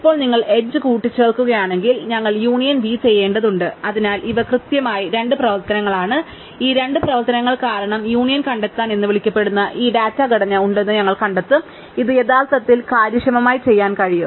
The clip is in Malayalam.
ഇപ്പോൾ നിങ്ങൾ എഡ്ജ് കൂട്ടിച്ചേർക്കുകയാണെങ്കിൽ ഞങ്ങൾ യൂണിയൻ v ചെയ്യേണ്ടതുണ്ട് അതിനാൽ ഇവ കൃത്യമായി രണ്ട് പ്രവർത്തനങ്ങളാണ് ഈ രണ്ട് പ്രവർത്തനങ്ങൾ കാരണം യൂണിയൻ കണ്ടെത്തൽ എന്ന് വിളിക്കപ്പെടുന്ന ഈ ഡാറ്റ ഘടന ഉണ്ടെന്ന് ഞങ്ങൾ കണ്ടെത്തും ഇത് യഥാർത്ഥത്തിൽ ഇത് കാര്യക്ഷമമായി ചെയ്യാൻ കഴിയും